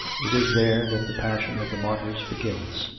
it is there that the passion of the martyrs begins.